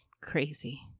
crazy